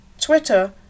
Twitter